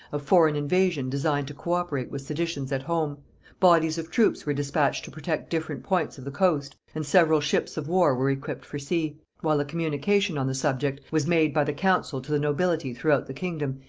of foreign invasion designed to co-operate with seditions at home bodies of troops were dispatched to protect different points of the coast and several ships of war were equipped for sea while a communication on the subject was made by the council to the nobility throughout the kingdom,